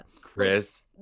chris